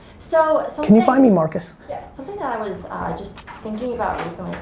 so can you find me marcus? yeah something that i was just thinking about recently,